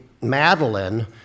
Madeline